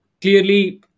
clearly